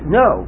no